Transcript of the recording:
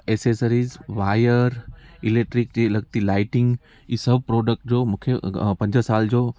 accessories wire electric जे लति lighting जी सभु प्रोडक्ट जो मूंखे पंज साल जो